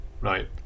right